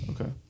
Okay